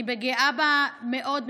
גאה בה מאוד,